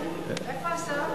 איפה השר?